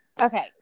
Okay